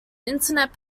internet